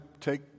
take